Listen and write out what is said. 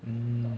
mm